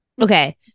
Okay